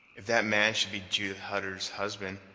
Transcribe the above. if that man should be judith hutter's husband,